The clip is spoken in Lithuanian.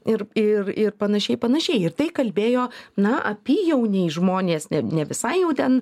ir ir ir panašiai panašiai ir tai kalbėjo na apyjauniai žmonės ne ne visai jau ten